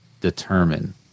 determine